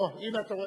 או, הנה, אתה רואה?